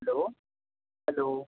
hello hello